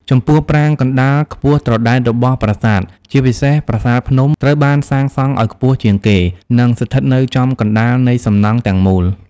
ចំពោះ ប្រាង្គកណ្ដាលខ្ពស់ត្រដែតរបស់ប្រាសាទ ជាពិសេសប្រាសាទភ្នំ ត្រូវបានសាងសង់ឱ្យខ្ពស់ជាងគេ និងស្ថិតនៅចំកណ្តាលនៃសំណង់ទាំងមូល។